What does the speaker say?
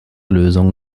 lösung